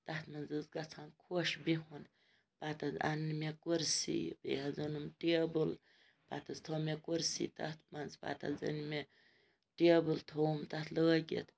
تَتھ منٛز حظ گژھان خۄش بِہُن پَتہٕ حظ اَنٕنۍ مےٚ کُرسی بیٚیہِ حظ اوٚنُم ٹیبٕل پَتہٕ حظ تھٲو مےٚ کُرسی تَتھ منٛز پَتہٕ حظ أنۍ مےٚ ٹیبٕل تھوٚوُم تَتھ لٲگِتھ